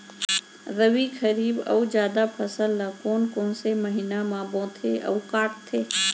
रबि, खरीफ अऊ जादा फसल ल कोन कोन से महीना म बोथे अऊ काटते?